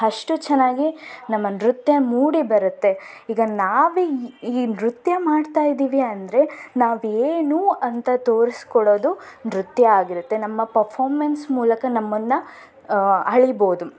ಅಷ್ಟು ಚೆನ್ನಾಗಿ ನಮ್ಮ ನೃತ್ಯ ಮೂಡಿ ಬರುತ್ತೆ ಈಗ ನಾವೇ ಈ ನೃತ್ಯ ಮಾಡ್ತಾ ಇದ್ದೀವಿ ಅಂದರೆ ನಾವು ಏನು ಅಂತ ತೋರಿಸಿಕೊಡೋದು ನೃತ್ಯ ಆಗಿರುತ್ತೆ ನಮ್ಮ ಪಫಾರ್ಮೆನ್ಸ್ ಮೂಲಕ ನಮ್ಮನ್ನು ಅಳಿಬೋದು